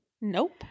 Nope